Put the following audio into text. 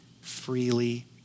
freely